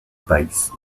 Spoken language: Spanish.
país